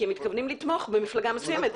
כי הם מתכוונים לתמוך במפלגה מסוימת,